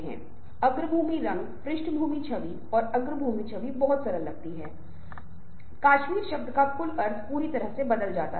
वे उस तरह से महत्वपूर्ण भूमिका निभाते हैं जैसे कोई व्यक्ति व्याख्या करता है और आपके व्यवहार का आकलन करता है